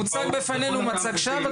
מוצג בפנינו מצג שווא?